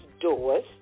doors